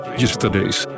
yesterday's